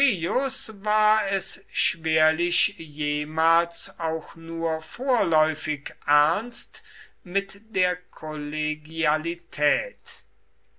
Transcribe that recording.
war es schwerlich jemals auch nur vorläufig ernst mit der kollegialität